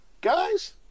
Guys